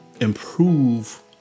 improve